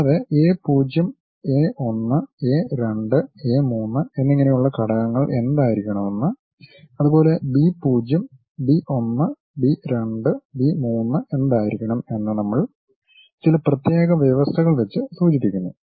കൂടാതെ A 0 A 1 A 2 A 3 എന്നിങ്ങനെയുള്ള ഘടകങ്ങൾ എന്തായിരിക്കണമെന്ന് അതുപോലെ ബി 0 ബി 1 ബി 2 ബി 3 എന്തായിരിക്കണം എന്ന് നമ്മൾ ചില പ്രത്യേക വ്യവസ്ഥകൾ വെച്ച് സൂചിപ്പിക്കുന്നു